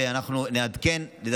ואנחנו נעדכן על הסכם השכר,